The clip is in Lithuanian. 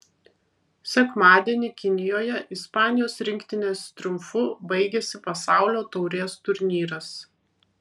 sekmadienį kinijoje ispanijos rinktinės triumfu baigėsi pasaulio taurės turnyras